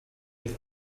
with